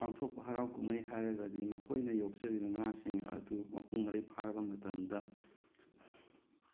ꯄꯥꯡꯊꯣꯛꯄ ꯍꯔꯥꯎ ꯀꯨꯃꯩ ꯍꯥꯏꯔꯒꯗꯤ ꯃꯈꯣꯏꯅ ꯌꯣꯛꯆꯔꯤꯕ ꯉꯥꯁꯤꯡ ꯑꯗꯨ ꯃꯄꯨꯡ ꯃꯔꯩ ꯐꯥꯔꯕ ꯃꯇꯝꯗ